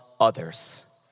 others